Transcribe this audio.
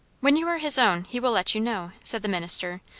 when you are his own, he will let you know, said the minister,